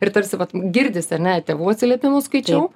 ir tarsi vat girdisi ar ne tėvų atsiliepimus skaičiau